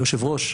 היושב-ראש,